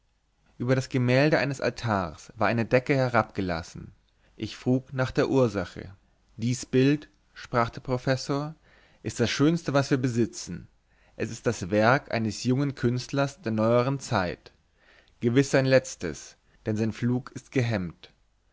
über das gemälde eines altars war eine decke herabgelassen ich frug nach der ursache dies bild sprach der professor ist das schönste was wir besitzen es ist das werk eines jungen künstlers der neueren zeit gewiß sein letztes denn sein flug ist gehemmt